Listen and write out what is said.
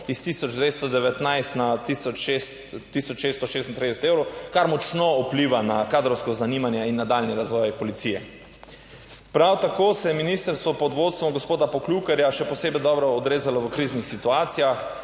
219 na tisoč 636 evrov, kar močno vpliva na kadrovsko zanimanje in nadaljnji razvoj policije. Prav tako se je ministrstvo pod vodstvom gospoda Poklukarja še posebej dobro odrezalo v kriznih situacijah.